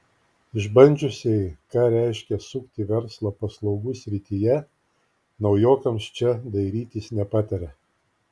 išbandžiusieji ką reiškia sukti verslą paslaugų srityje naujokams čia dairytis nepataria